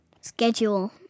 Schedule